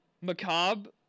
macabre